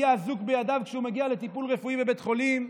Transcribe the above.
יהיה אזוק בידיו כשהוא מגיע לטיפול רפואי בבית חולים.